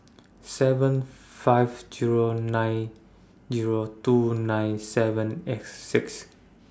seven five Zero nine Zero two nine seven eight six